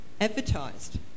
advertised